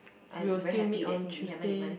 I'm very happy that since we haven't even